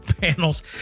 panels